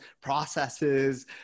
processes